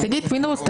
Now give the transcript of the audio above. פינדרוס אתה